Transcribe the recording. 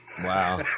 Wow